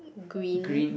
green